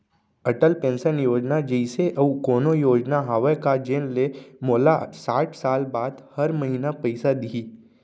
Atal pension योजना जइसे अऊ कोनो योजना हावे का जेन ले मोला साठ साल बाद हर महीना पइसा दिही?